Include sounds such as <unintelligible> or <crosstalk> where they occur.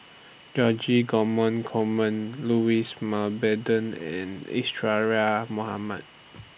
George <unintelligible> Coleman Louis Mountbatten and <unintelligible> Mohamed